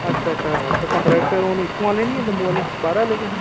अच्छा अच्छा ते कोट्रैक्ट हून इत्थुआं आह्ले नी ऐ जम्मू आह्ले बाह्रा आह्ले गै